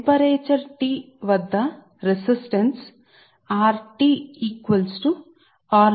ఉష్ణోగ్రత మార్పులు చిన్న గా ఉంటే రెసిస్టెన్స్ కూడా మీరు తక్కువగా మీరు పిలిచే దాన్ని పెంచుతుంది